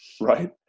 right